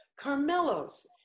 Carmelo's